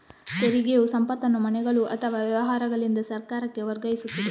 ತೆರಿಗೆಯು ಸಂಪತ್ತನ್ನು ಮನೆಗಳು ಅಥವಾ ವ್ಯವಹಾರಗಳಿಂದ ಸರ್ಕಾರಕ್ಕೆ ವರ್ಗಾಯಿಸುತ್ತದೆ